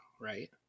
right